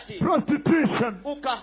Prostitution